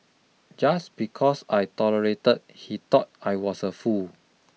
just because I tolerated he thought I was a fool